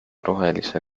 rohelise